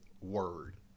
Word